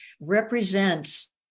represents